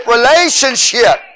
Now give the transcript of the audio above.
relationship